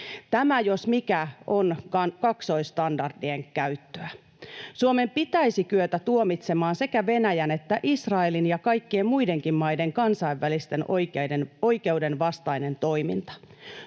Tämä, jos mikä, on kaksoisstandardien käyttöä. Suomen pitäisi kyetä tuomitsemaan sekä Venäjän että Israelin ja kaikkien muidenkin maiden kansainvälisen oikeuden vastainen toiminta.